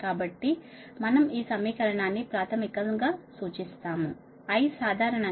కాబట్టి మనం ఈ సమీకరణాన్ని ప్రాథమికంగా సూచిస్తాము I సాధారణంగా Y V కు సమానం